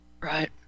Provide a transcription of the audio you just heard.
right